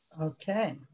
Okay